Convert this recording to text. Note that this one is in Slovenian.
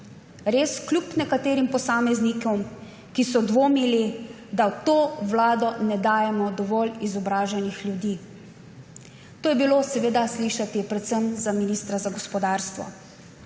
res, kljub nekaterim posameznikom, ki so dvomili, da v to vlado ne dajemo dovolj izobraženih ljudi. To je bilo seveda slišati predvsem za ministra za gospodarstvo,